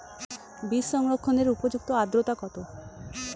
বীজ সংরক্ষণের উপযুক্ত আদ্রতা কত?